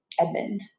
Edmund